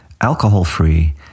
alcohol-free